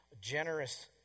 generous